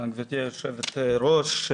תודה, גברתי היושבת ראש.